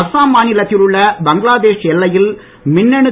அஸ்ஸாம் மாநிலத்தில் உள்ள பங்களாதேஷ் எல்லையில் மின்னணு